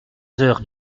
heures